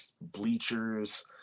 bleachers